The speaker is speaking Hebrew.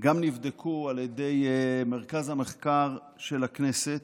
נבדקו גם על ידי מרכז המחקר של הכנסת,